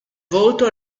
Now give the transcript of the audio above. voto